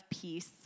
peace